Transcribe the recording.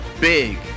big